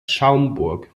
schaumburg